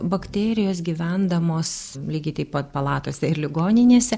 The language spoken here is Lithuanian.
bakterijos gyvendamos lygiai taip pat palatose ir ligoninėse